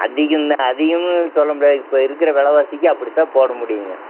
அதிகம் தான் அதிகமு சொல்லமுடியாது இப்போ இருக்கிற விலவாசிக்கு அப்படித்தான் போட முடியும்ங்க